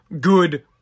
good